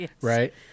right